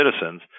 citizens